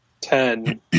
ten